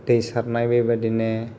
दै सारनाय बेबादिनो